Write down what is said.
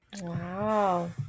Wow